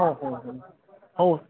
हो हो हो हो